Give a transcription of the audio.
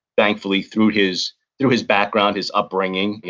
thankfully, through his through his background, his upbringing,